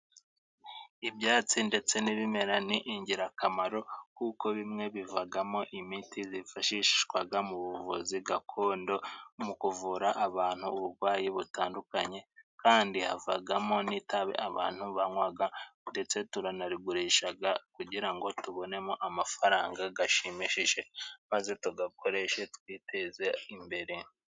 Ibyatsi ndetse n'ibimera ni ingirakamaro, kuko bimwe bivagamo imiti zifashishwaga mu buvuzi gakondo mu kuvura abantu uburwayi butandukanye, kandi havagamo n'itabi abantu banywaga ndetse turanarigurishaga kugira ngo tubonemo amafaranga gashimishije, maze tugakoreshe twiteze imbere.